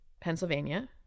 Pennsylvania